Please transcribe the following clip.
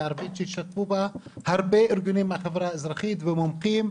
הערבית שהשתתפו בה הרבה ארגונים מהחברה האזרחית ומומחים,